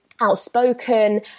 outspoken